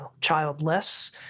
childless